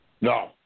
No